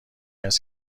است